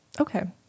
Okay